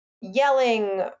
yelling